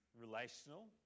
relational